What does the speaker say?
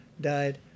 died